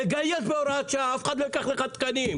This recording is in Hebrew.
לגייס בהוראת שעה, אף אחד לא ייקח לך תקנים.